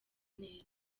neza